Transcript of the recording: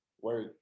work